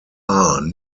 are